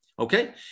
Okay